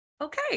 okay